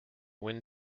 wind